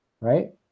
right